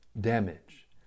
damage